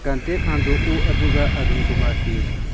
contact ꯍꯥꯡꯗꯣꯛꯎ ꯑꯗꯨꯒ ꯑꯔꯨꯟ ꯀꯨꯃꯥꯔ ꯊꯤꯎ